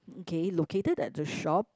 okay located at the shop